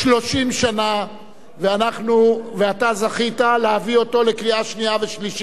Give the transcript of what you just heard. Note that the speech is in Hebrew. ואתה זכית להביא אותו לקריאה שנייה ושלישית כדי שיקבל תוקף,